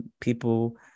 people